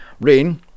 Rain